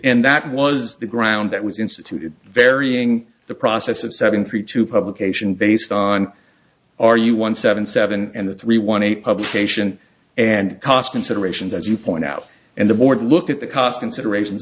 and that was the ground that was instituted varying the process of setting three to publication based on are you one seven seven and the three one a publication and cost considerations as you point out and the board looked at the cost considerations